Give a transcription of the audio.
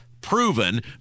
proven